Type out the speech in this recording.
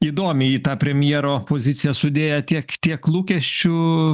įdomiai į tą premjero poziciją sudėję tiek tiek lūkesčių